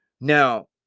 Now